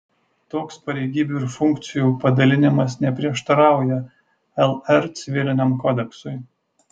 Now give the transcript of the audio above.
toks pareigybių ir funkcijų padalinimas neprieštarauja lr civiliniam kodeksui